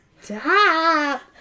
Stop